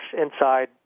inside